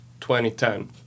2010